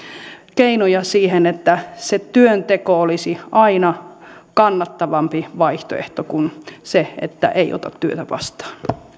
keinoja siihen että se työnteko olisi aina kannattavampi vaihtoehto kuin se että ei ota työtä vastaan